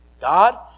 God